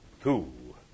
two